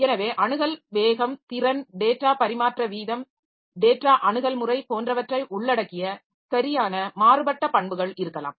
எனவே அணுகல் வேகம் திறன் டேட்டா பரிமாற்ற வீதம் டேட்டா அணுகல் முறை போன்றவற்றை உள்ளடக்கிய சரியான மாறுபட்ட பண்புகள் இருக்கலாம்